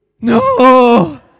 No